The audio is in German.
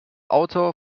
autor